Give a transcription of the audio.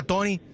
Tony